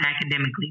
academically